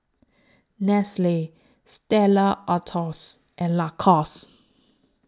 Nestle Stella Artois and Lacoste